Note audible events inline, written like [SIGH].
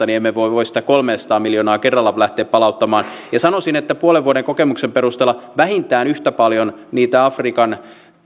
[UNINTELLIGIBLE] niin emme me voi sitä kolmeasataa miljoonaa kerralla lähteä palauttamaan sanoisin että puolen vuoden kokemuksen perusteella vähintään yhtä paljon niitä afrikan